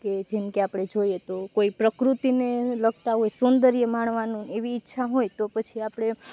કે જેમ કે આપણે જોઈએ તો કોઈ પ્રકૃતિને લગતાં હોય સૌંદર્ય માણવાનું એવી ઈચ્છા હોય તો પછી આપણે